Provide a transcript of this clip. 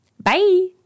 Bye